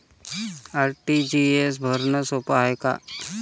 RTGS भरनं सोप हाय का?